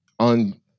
On